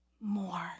more